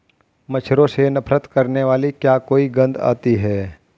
मच्छरों से नफरत करने वाली क्या कोई गंध आती है?